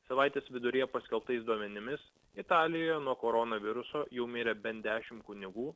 savaitės viduryje paskelbtais duomenimis italijoje nuo koronaviruso jau mirė bent dešimt kunigų